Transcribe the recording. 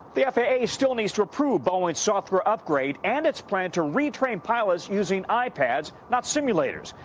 the faa still needs to approve boeing's software upgrade and its plan to retrain pilots using ipads, not simulators.